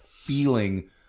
feeling